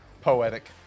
Poetic